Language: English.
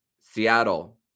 Seattle